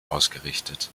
ausgerichtet